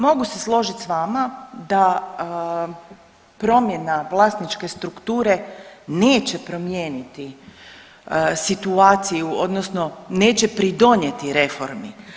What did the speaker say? Mogu se složiti s vama da promjena vlasničke strukture neće promijeniti situaciju odnosno neće pridonijeti reformi.